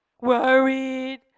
worried